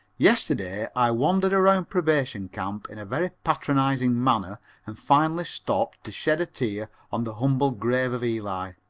yesterday i wandered around probation camp in a very patronizing manner and finally stopped to shed a tear on the humble grave of eli.